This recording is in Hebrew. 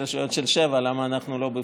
הרשויות של 7: למה אנחנו לא בפנים?